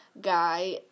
guy